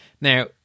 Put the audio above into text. Now